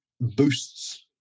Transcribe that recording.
boosts